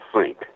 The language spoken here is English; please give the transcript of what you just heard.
sink